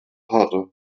hatte